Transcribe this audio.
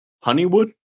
Honeywood